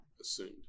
assumed